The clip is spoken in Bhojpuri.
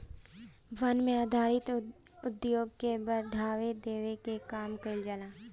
वन पे आधारित उद्योग के बढ़ावा देवे के काम कईल जाला